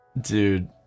Dude